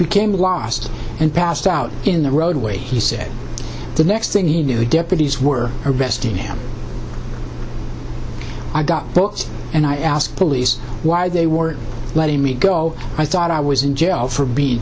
became lost and passed out in the roadway he said the next thing he knew the deputies were arresting him i got booked and i asked police why they were letting me go i thought i was in jail for being